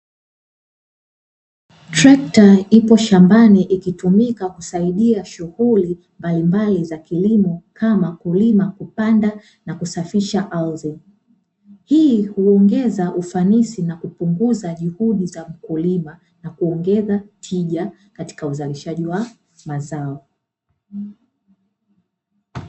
Trekta ipo shambani ikitumika kusaidia shughuli mbalimbali za kilimo kama: kulima, kupanda na kusafisha ardhi. Hii huongeza ufanisi na kupunguza juhudi za mkulima na kuongeza tija katika uzalishaji wa mazao.